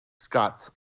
Scott's